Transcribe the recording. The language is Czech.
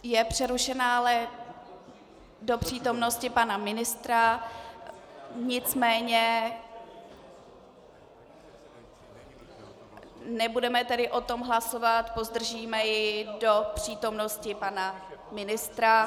Je přerušená, ale do přítomnosti pana ministra, nicméně nebudeme o tom hlasovat, pozdržíme ji do přítomnosti pana ministra.